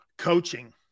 Coaching